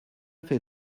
fait